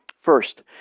First